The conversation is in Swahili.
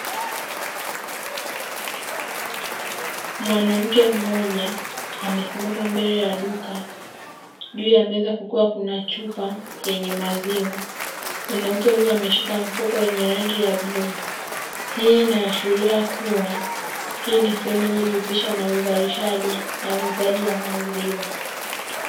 Mwanamke mmoja amesimama mbele ya duka juu ya meza kukiwa na chupa yenye maziwa, mwanamke huyo ameshika mfuko wenye rangi ya buluu hii inaashiria kuwa hii ni sehemu inayojishughulisha na uzalishaji na uuzaji wa maziwa.